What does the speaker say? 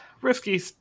Risky